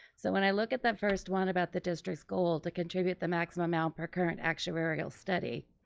so when i look at that first one about the district's goal to contribute the maximum amount per current actuarial study.